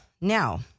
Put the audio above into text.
Now